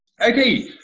Okay